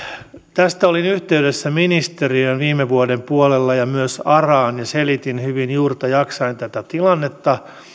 tästä olin yhteydessä ministeriöön viime vuoden puolella ja myös araan ja selitin hyvin juurta jaksain tätä tilannetta